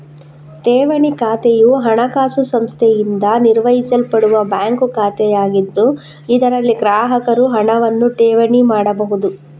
ಠೇವಣಿ ಖಾತೆಯು ಹಣಕಾಸು ಸಂಸ್ಥೆಯಿಂದ ನಿರ್ವಹಿಸಲ್ಪಡುವ ಬ್ಯಾಂಕ್ ಖಾತೆಯಾಗಿದ್ದು, ಇದರಲ್ಲಿ ಗ್ರಾಹಕರು ಹಣವನ್ನು ಠೇವಣಿ ಮಾಡಬಹುದು